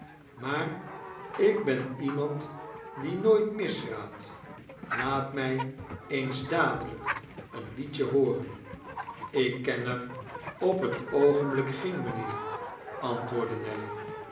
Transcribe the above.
maar ik ben iemand die nooit mis raad laat mij eens dadelijk een liedje hooren ik ken er op het oogenblik geen mijnheer antwoordde nelly